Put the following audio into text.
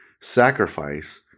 sacrifice